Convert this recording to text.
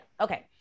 okay